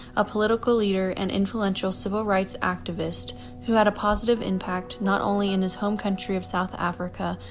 a political leader, and influential civil rights activist who had a positive impact not only in his home country of south africa,